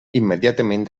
immediatament